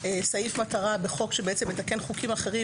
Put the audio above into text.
סעיף מטרה בחוק שמתקן חוקים אחרים